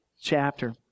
chapter